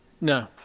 No